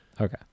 Okay